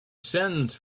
sends